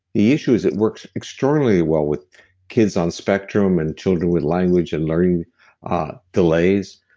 the issue is, it works extraordinarily well with kids on spectrum and children with language and learning delays.